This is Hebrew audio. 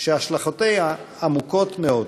שהשלכותיה עמוקות מאוד,